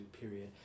period